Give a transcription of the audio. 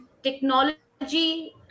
Technology